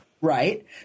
Right